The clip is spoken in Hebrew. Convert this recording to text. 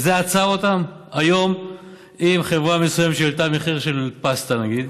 אם חברה מסוימת העלתה את מחיר הפסטה, נגיד,